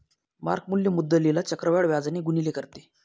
mark मूल्य मुद्दलीला चक्रवाढ व्याजाने गुणिले करते